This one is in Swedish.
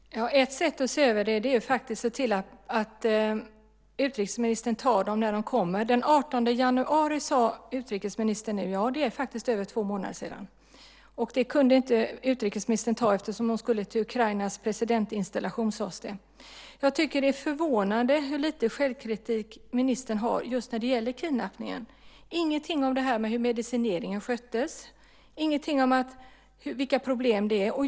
Herr talman! Ett sätt att se över dem är faktiskt att se till att utrikesministern tar interpellationerna när de kommer. Den 18 januari - efter mer än två månader - kunde utrikesministern inte för hon skulle till presidentinstallationen i Ukraina, sades det. Jag tycker att det är förvånande lite självkritik ministern visar just när det gäller kidnappningen. Ingenting sägs om hur medicineringen sköttes, ingenting om vilka problem det är.